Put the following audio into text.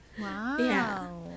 Wow